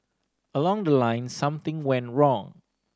along the line something went wrong